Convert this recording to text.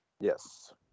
Yes